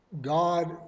God